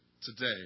today